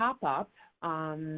pop-up